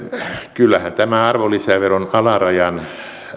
kyllähän tämä arvonlisäveron alarajan